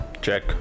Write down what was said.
Check